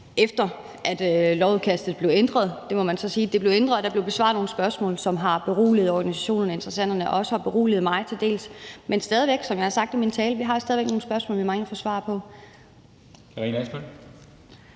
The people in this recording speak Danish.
efter at lovudkastet blev ændret. Det må man så sige at det blev, og der blev besvaret nogle spørgsmål, som har beroliget organisationerne og interessenterne og også til dels har beroliget mig. Men stadig væk, som jeg har sagt i min tale: Vi har nogle spørgsmål, som vi mangler at få svar på.